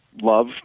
love